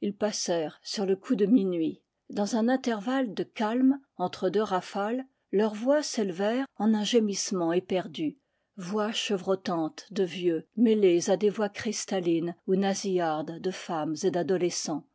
ils passèrent sur le coup de minuit dans un intervalle de calme entre deux rafales leurs voix s'élevèrent en un gémissement éperdu voix chevrotantes de vieux mêlées à des voix cristallines ou nasillardes de femmes et d'adolescents